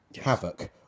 havoc